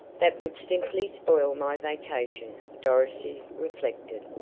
that would simply spoil my vacation, dorothy reflected.